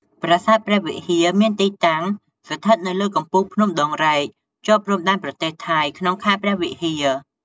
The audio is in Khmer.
ប្រាសាទព្រះវិហារ មានទីតាំង ស្ថិតនៅលើកំពូលភ្នំដងរែក ជាប់ព្រំដែនប្រទេសថៃ ក្នុងខេត្តព្រះវិហារ។